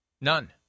none